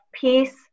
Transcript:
peace